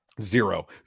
Zero